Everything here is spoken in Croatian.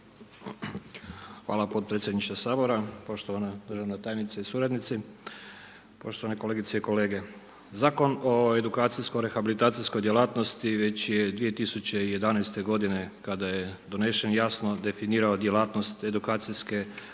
Hvala potpredsjedniče Sabora. Poštovana državna tajnice i suradnici, poštovane kolegice i kolege. Zakon o edukacijsko rehabilitacijskoj djelatnosti već je 2011. godine kada je donesen jasno definirao djelatnost edukacijske